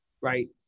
right